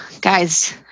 guys